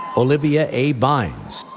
olivia a. bynes.